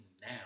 now